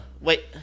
Wait